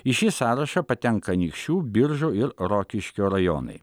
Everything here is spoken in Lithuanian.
į šį sąrašą patenka anykščių biržų ir rokiškio rajonai